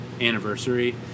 anniversary